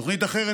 תוכנית אחרת,